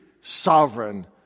sovereign